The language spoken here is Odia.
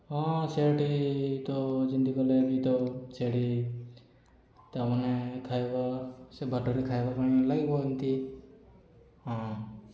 ହଁ ସେଇଠି ତ ଯେମିତି ଗଲେ ବି ତ ସେଇଠି ତା' ମାନେ ଖାଇବା ସେ ବାଟରେ ଖାଇବା ପାଇଁ ଲାଗିବ ଏମତି ହଁ